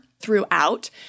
throughout